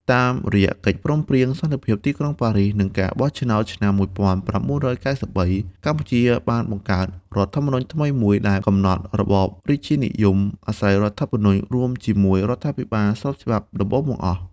តាមរយៈកិច្ចព្រមព្រៀងសន្តិភាពទីក្រុងប៉ារីសនិងការបោះឆ្នោតឆ្នាំ១៩៩៣ កម្ពុជាបានបង្កើតរដ្ឋធម្មនុញ្ញថ្មីមួយដែលកំណត់របបរាជានិយមអាស្រ័យរដ្ឋធម្មនុញ្ញ រួមជាមួយរដ្ឋាភិបាលស្របច្បាប់ដំបូងបង្អស់